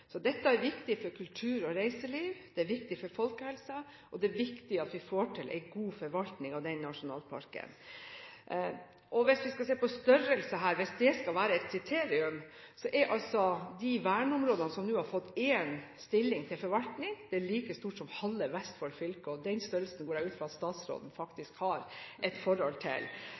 Dette er viktig for kultur og reiseliv, det er viktig for folkehelsa at vi får til en god forvaltning av denne nasjonalparken. Hvis vi skal se på størrelse her – hvis det skal være et kriterium – så er altså de verneområdene som nå har fått én stilling til forvaltning, like store som halve Vestfold fylke, og den størrelsen går jeg ut fra at statsråden faktisk har et forhold til.